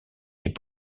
les